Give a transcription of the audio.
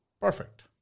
Perfect